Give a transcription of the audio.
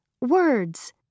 Words